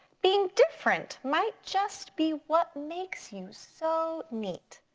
being different might just be what makes you so neat.